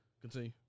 Continue